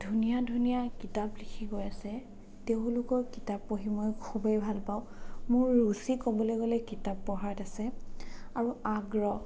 ধুনীয়া ধুনীয়া কিতাপ লিখি গৈ আছে তেওঁলোকৰ কিতাপ পঢ়ি মই খুবেই ভাল পাওঁ মোৰ ৰুচি ক'বলৈ গ'লে কিতাপ পঢ়াত আছে আৰু আগ্ৰহ